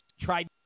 tried